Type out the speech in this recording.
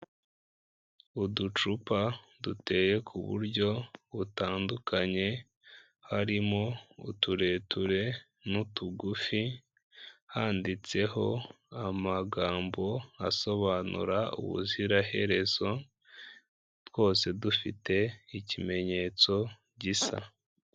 Uducupa duteye ku buryo butandukanye, harimo utureture n'utugufi; handitseho amagambo asobanura ubuziraherezo, twose dufite ikimenyetso gisa.